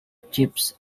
chips